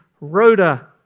Rhoda